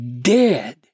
dead